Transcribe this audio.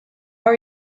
are